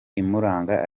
imuranga